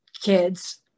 kids